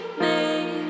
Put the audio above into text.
make